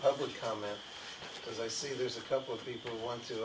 public comment because i see there's a couple